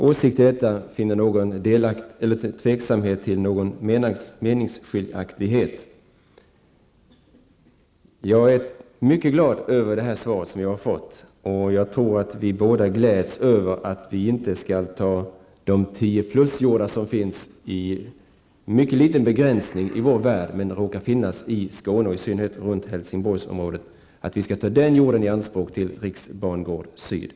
Herr talman! Det råder inget som helst tvivel i detta avseende. Statsrådets och min egen åsikt sammanfaller alltså här helt. Jag är mycket glad över här avgivet svar. Jag tror att vi båda gläds över att de mycket begränsade 10+- jordar som finns i vår värld -- och sådana råkar finnas i Skåne och i synnerhet runt Helsingborgsområdet -- inte skall tas i anspråk för Riksbangård Syd.